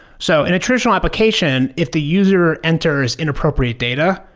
so in a traditional application, if the user enters inappropriate data,